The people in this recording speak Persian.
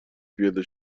پیاده